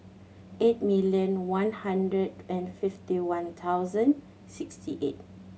eight million one hundred and fifty one thousand sixty eight